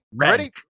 Ready